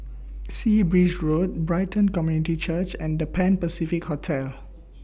Sea Breeze Road Brighton Community Church and The Pan Pacific Hotel